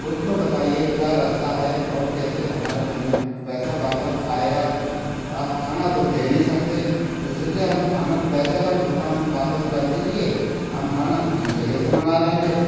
कुछ तो बताइए क्या रास्ता है और कैसे हमारा पेम पैसा वापस आएगा आप खाना तो दे नहीं सकते इसीलिए हम खाना पैसे का भुगतान वापस कर दीजिए हम खाना दूसरी जगह से मंगा लेंगे